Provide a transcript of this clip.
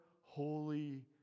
holy